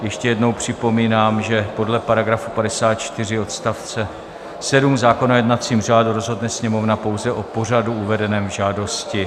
Ještě jednou připomínám, že podle § 54 odst. 7 zákona o jednacím řádu rozhodne Sněmovna pouze o pořadu uvedeném v žádosti.